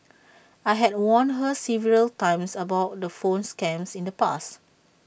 I had warned her several times about the phone scams in the past